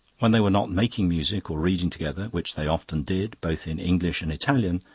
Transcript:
when they were not making music or reading together, which they often did, both in english and italian,